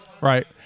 Right